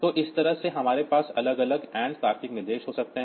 तो इस तरह से हमारे पास अलग अलग AND तार्किक निर्देश हो सकते हैं